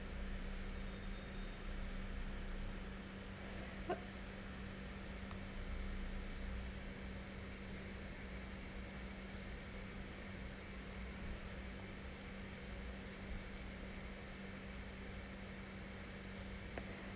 but